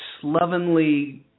slovenly